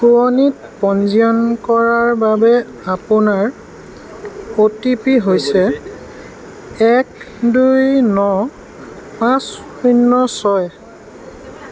কোৱিনত পঞ্জীয়ন কৰাৰ বাবে আপোনাৰ অ'টিপি হৈছে এক দুই ন পাঁচ শূন্য ছয়